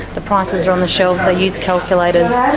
the prices are on the shelves, they use calculators,